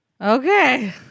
Okay